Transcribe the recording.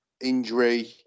injury